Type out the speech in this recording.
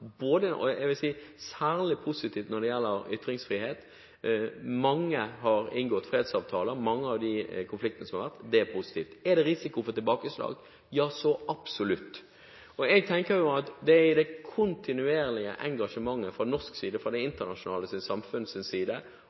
jeg vil si særlig positiv når det gjelder ytringsfrihet. Mange har inngått fredsavtaler i mange av de konfliktene som har vært. Det er positivt. Er det risiko for tilbakeslag? Ja, så absolutt – jeg tenker at det er det kontinuerlige engasjementet fra norsk side og fra det internasjonale